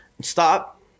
stop